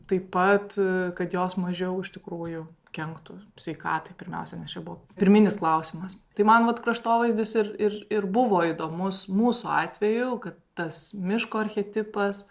taip pat kad jos mažiau iš tikrųjų kenktų sveikatai pirmiausia nes čia buvo pirminis klausimas tai man vat kraštovaizdis ir ir ir buvo įdomus mūsų atveju kad tas miško archetipas